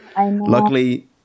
luckily